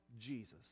Jesus